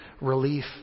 relief